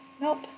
Nope